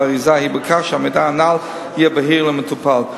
האריזה היא בכך שהמידע הנ"ל יהיה בהיר למטופל.